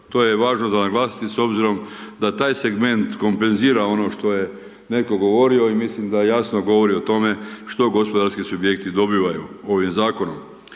To je važno za naglasiti, s obzirom da taj segment kompenzira ono što je netko govorio i mislim da jasno govori o tome, što gospodarski subjekti dobivaju ovim zakonom.